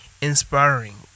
inspiring